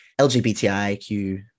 LGBTIQ